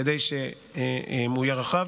כדי שהוא יהיה רחב.